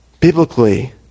Biblically